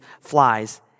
flies